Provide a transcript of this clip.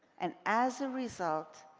and as a result,